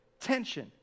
tension